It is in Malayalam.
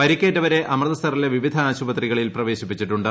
പരിക്കേറ്റവരെ അമൃത്സറിലെ വിവിധ ആശുപത്രികളിൽ പ്രവേശിപ്പിച്ചിട്ടുണ്ട്